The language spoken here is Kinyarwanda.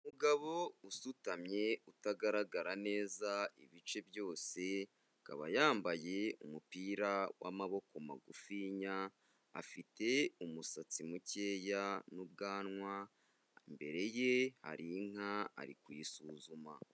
Umugabo usutamye utagaragara neza ibice byose, akaba yambaye umupira wamaboko magufinya, afite umusatsi mukeya n'ubwanwa, imbere ye hari inka ari kuyisuzuma.